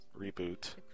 reboot